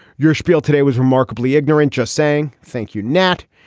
your spiel today was remarkably ignorant, just saying thank you, nat,